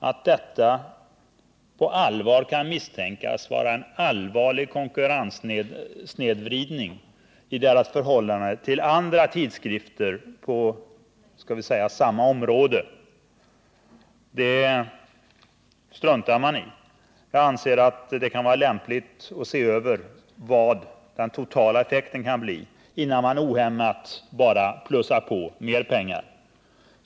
Att detta på allvar kan misstänkas medföra en allvarlig konkurrenssnedvridning i deras förhållande till andra tidskrifter på samma område struntar man i. Jag anser att det kan vara lämpligt att först se över vad den totala effekten kan bli innan man ohämmat bara plussar på med mera pengar.